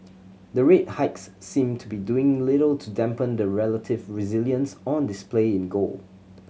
the rate hikes seem to be doing little to dampen the relative resilience on display in gold